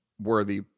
worthy